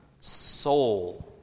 soul